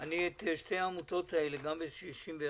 שתי העמותות האלה, גם ברשימה